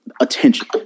attention